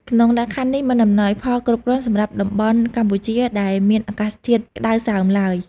ក្នុងលក្ខខណ្ឌនេះ មិនអំណោយផលគ្រប់គ្រាន់សម្រាប់តំបន់កម្ពុជាដែលមានអាកាសធាតុក្តៅសើមឡើយ។